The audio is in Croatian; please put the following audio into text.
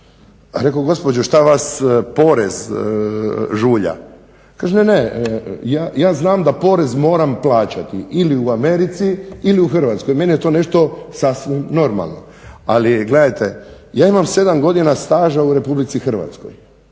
Reko, gospođo šta vas porez žulja? Kaže ne, ne, ja znam da porez moram plaćati ili u Americi ili u Hrvatskoj, meni je to nešto sasvim normalno. Ali gledajte, ja imam 7 godina staža u RH bez socijalnog